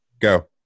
go